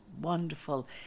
wonderful